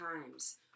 times